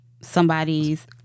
somebody's